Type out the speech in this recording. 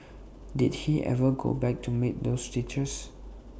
did he ever go back to meet those teachers